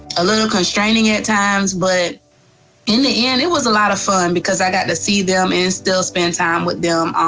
a little constraining at times but in the end it was a lot of fun, because i got to see them and still spend time with them,